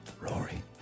Rory